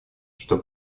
что